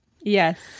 yes